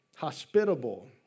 hospitable